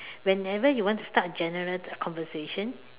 whenever you want to start general conversation